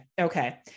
Okay